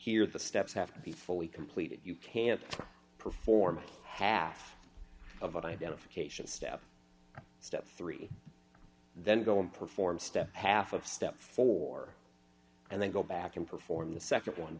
here the steps have to be fully completed you can't perform half of identification step step three then go and perform step half of step four and then go back and perform the nd one